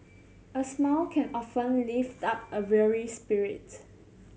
a smile can often lift up a weary spirit